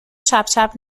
چپچپ